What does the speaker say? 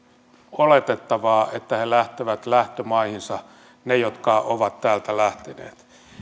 oletettavaa että he lähtevät lähtömaihinsa ne jotka ovat täältä lähteneet